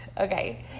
Okay